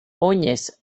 oinez